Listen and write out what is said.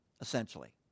essentially